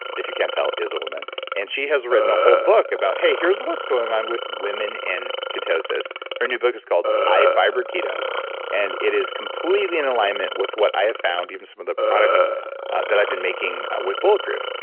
if you can't tell is a woman and she has written a whole book about, hey, here's what's going on with women and ketosis. ketosis. her new book is called the high fiber keto and it is completely in alignment with what i have found, even some of the products that i've been making with bulletproof.